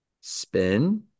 Spin